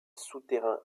souterrain